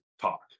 talk